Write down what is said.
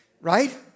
Right